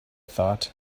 thought